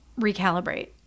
recalibrate